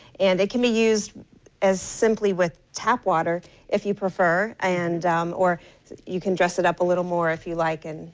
and they can be used simply with tap water if you prefer and or you can dress it up a little more if you like. and